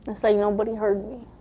it's like nobody heard me.